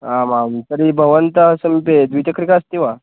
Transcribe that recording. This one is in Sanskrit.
आमां तर्हि भवन्तः समीपे द्विचक्रिका अस्ति वा